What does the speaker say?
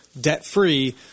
debt-free